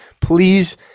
Please